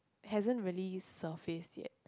hasn't really surfaced yet